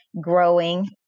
growing